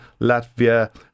Latvia